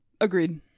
Agreed